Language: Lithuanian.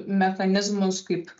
mechanizmus kaip